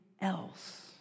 else